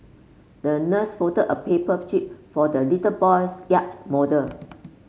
the nurse folded a paper jib for the little boy's yacht model